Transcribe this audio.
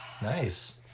Nice